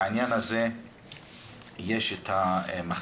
בעניין הזה יש את המחקר